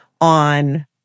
on